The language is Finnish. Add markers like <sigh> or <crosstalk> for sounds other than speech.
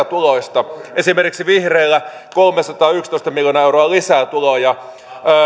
<unintelligible> tuloista esimerkiksi vihreillä on kolmesataayksitoista miljoonaa euroa lisää tuloja ja